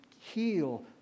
heal